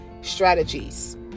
strategies